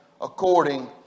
according